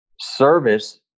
Service